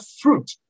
fruit